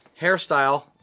hairstyle